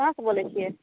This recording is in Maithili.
कहाँ सँ बोलै छियै